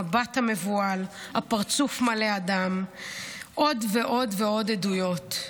המבט המבוהל, הפרצוף מלא הדם, עוד ועוד עדויות.